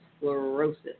sclerosis